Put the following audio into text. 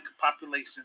population